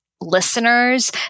listeners